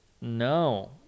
no